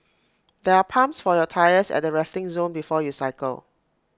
there are pumps for your tyres at the resting zone before you cycle